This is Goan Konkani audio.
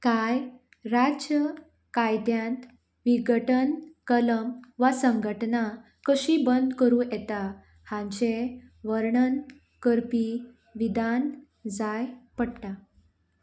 कांय राज्य कायद्यांत विघटन कलम वा संघटना कशी बंद करूं येता हांचे वर्णन करपी विधान जाय पडटा